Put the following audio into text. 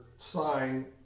sign